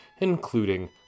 including